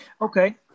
Okay